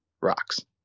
rocks